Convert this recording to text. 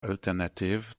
alternative